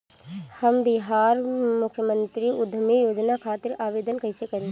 हम बिहार मुख्यमंत्री उद्यमी योजना खातिर आवेदन कईसे करी?